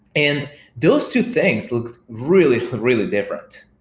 and those two things looked really, really different.